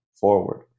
forward